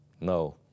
No